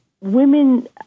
women